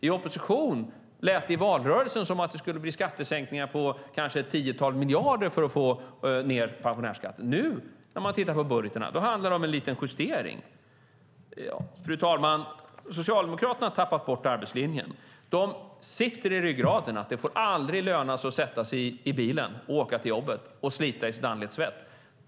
Från oppositionen lät det i valrörelsen som att det skulle bli skattesänkningar på kanske ett tiotal miljarder för att få ned pensionärsskatten. När man tittar på budgeterna nu handlar det om en liten justering. Fru talman! Socialdemokraterna har tappat bort arbetslinjen. Det sitter i ryggraden att det aldrig får löna sig att sätta sig i bilen, åka till jobbet och slita i sitt anletes svett.